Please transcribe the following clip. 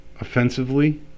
offensively